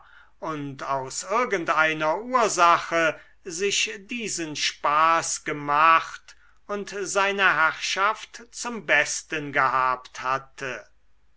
und aus irgendeiner ursache sich diesen spaß gemacht und seine herrschaft zum besten gehabt hatte